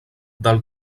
del